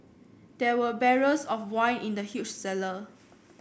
there were barrels of wine in the huge cellar